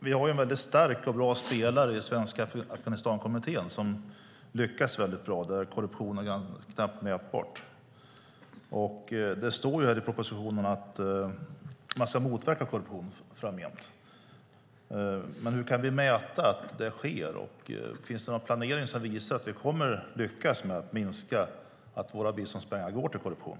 Fru talman! Vi har en stark och bra spelare i Svenska Afghanistankommittén, som lyckas väldigt bra och där korruption är knappt mätbar. Det står i propositionen att man ska motverka korruption framgent. Men hur kan vi mäta att det sker? Finns det någon planering som visar att man kommer att lyckas förhindra att våra biståndspengar går till korruption?